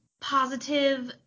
positive